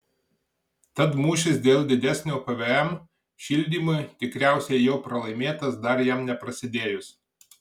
tad mūšis dėl didesnio pvm šildymui tikriausiai jau pralaimėtas dar jam neprasidėjus